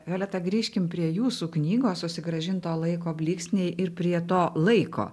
violeta grįžkim prie jūsų knygos susigrąžinto laiko blyksniai ir prie to laiko